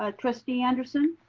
ah trustee anderson.